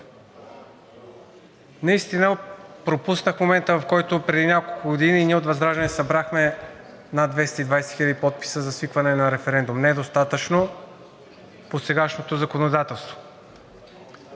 наистина пропуснахме момента, в който преди няколко години ние от ВЪЗРАЖДАНЕ събрахме над 220 хиляди подписа за свикване на референдум – недостатъчно по сегашното законодателство.